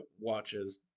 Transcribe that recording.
watches